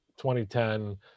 2010